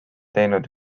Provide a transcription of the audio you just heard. teinud